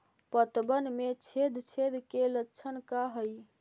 पतबन में छेद छेद के लक्षण का हइ?